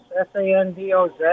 s-a-n-d-o-z